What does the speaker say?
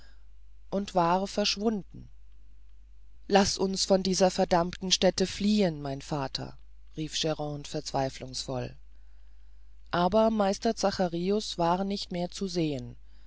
er war verschwunden laß uns von dieser verdammten stätte fliehen mein vater rief grande verzweiflungsvoll aber meister zacharius war nicht mehr zu sehen